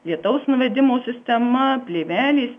lietaus nuvedimo sistema plėvelės